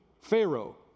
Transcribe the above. pharaoh